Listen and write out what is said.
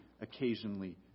occasionally